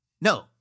No